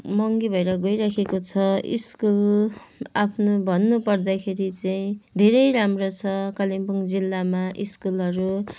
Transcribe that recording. महँगी भएर गइराखेको छ स्कुल आफ्नो भन्नु पर्दाखेरि चाहिँ धेरै राम्रो छ कालिम्पोङ जिल्लामा स्कुलहरू